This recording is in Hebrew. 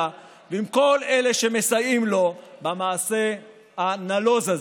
ועם כל מי שמסייעים לו במעשה הנלוז הזה.